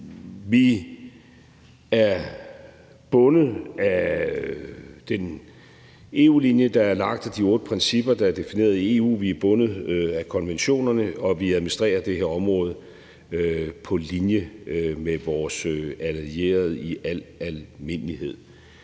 Vi er bundet af den EU-linje, der er lagt, og de otte principper, der er defineret i EU, vi er bundet af konventionerne, og vi administrerer det her område på linje med vores allierede i al almindelighed.